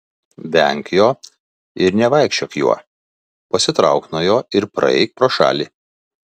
venk jo ir nevaikščiok juo pasitrauk nuo jo ir praeik pro šalį